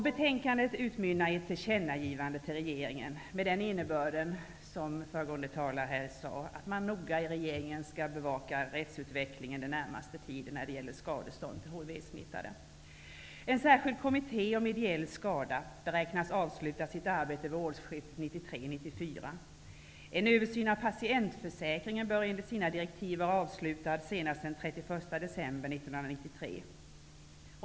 Betänkandet utmynnar i ett tillkännagivande till regeringen med innebörden att regeringen noga bör bevaka rättsutvecklingen under den närmaste tiden när det gäller skadestånd till hivsmittade. En särskild kommitté för ideell skada beräknas avsluta sitt arbete vid årsskiftet 1993/94. En översyn av patientförsäkringen bör enligt direktiven vara avslutad senast den 31 december 1993.